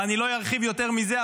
ואני לא ארחיב יותר מזה.